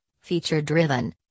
feature-driven